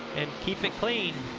and keep it clean?